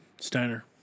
Steiner